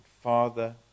Father